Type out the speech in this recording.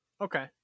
okay